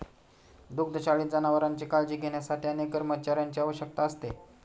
दुग्धशाळेत जनावरांची काळजी घेण्यासाठी अनेक कर्मचाऱ्यांची आवश्यकता असते